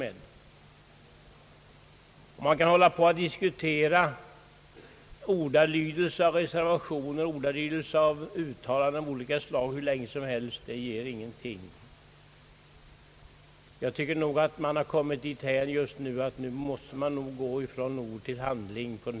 Man kan syssla hur länge som helst med att diskutera ordalydelsen av reservationer och uttalanden av olika slag. Det ger ingenting i utbyte. Jag tycker att vi nu måste gå från ord till handling.